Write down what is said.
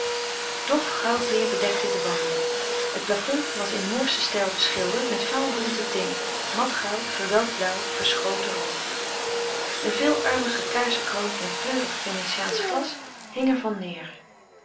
dof goudleer bedekte de wanden het plafond was in moorschen stijl beschilderd met vaalbonte tinten met goud verwelkt blauw verschoten rood een veelarmige kaarsenkroon van kleurig venetiaansch glas hing er van neêr